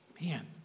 man